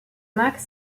max